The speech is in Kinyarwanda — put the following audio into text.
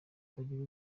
tukagira